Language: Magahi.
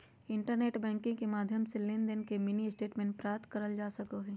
इंटरनेट बैंकिंग के माध्यम से लेनदेन के मिनी स्टेटमेंट प्राप्त करल जा सको हय